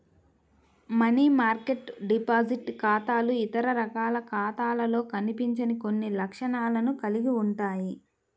money market deposit ఖాతాలు ఇతర రకాల ఖాతాలలో కనిపించని కొన్ని లక్షణాలను కలిగి ఉంటాయి